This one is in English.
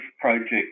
project